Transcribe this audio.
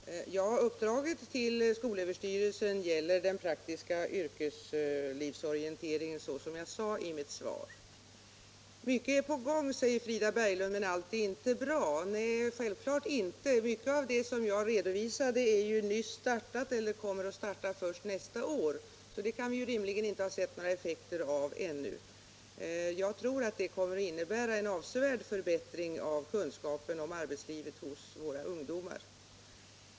Herr talman! Ja, som jag sade i mitt svar gäller uppdraget till skolöverstyrelsen den praktiska arbetslivsorienteringen. Mycket är på gång, men allt är inte bra, sade Frida Berglund. Nej, självfallet inte. Mycket av det som jag har redovisat är ju sådana verksamheter som nu har startat eller kommer att starta först nästa år. Det kan vi rimligen inte ha sett några effekter av ännu. Jag tror att det kommer att innebära en avsevärd förbättring av våra ungdomars kunskaper om arbetslivet.